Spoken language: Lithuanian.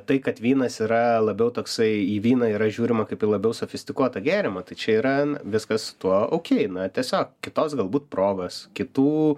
tai kad vynas yra labiau toksai į vyną yra žiūrima kaip į labiau sofistikuotą gėrimą tai čia yra viskas tuo okėj na tiesiog kitos galbūt progos kitų